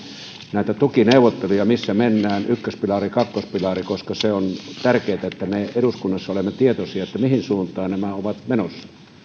näitä tukineuvotteluja että missä mennään ykköspilari kakkospilari koska se on tärkeätä että me eduskunnassa olemme tietoisia siitä mihin suuntaan nämä ovat menossa